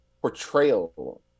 portrayal